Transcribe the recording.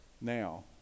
now